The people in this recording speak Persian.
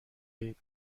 اید